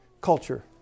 culture